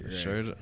Sure